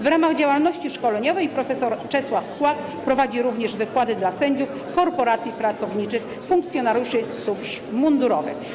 W ramach działalności szkoleniowej prof. Czesław Kłak prowadzi również wykłady dla sędziów, korporacji pracowniczych i funkcjonariuszy służb mundurowych.